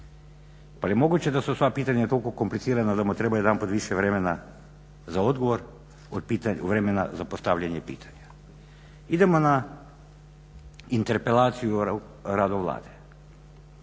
je li moguće da su sva pitanja toliko komplicirana da mu treba jedanput više vremena za odgovor od pitanja, od vremena za postavljanje pitanja. Idemo na interpelaciju o radu Vlade.